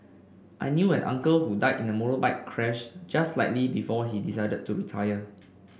I knew an uncle who died in a motorbike crash just slightly before he decided to retire